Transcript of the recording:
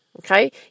Okay